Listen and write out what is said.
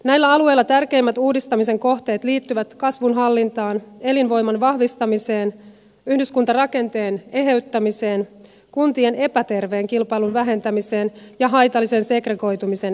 näillä alueilla tärkeimmät uudistamisen kohteet liittyvät kasvun hallintaan elinvoiman vahvistamiseen yhdyskuntarakenteen eheyttämiseen kuntien epäterveen kilpailun vähentämiseen ja haitallisen segregoitumisen ehkäisemiseen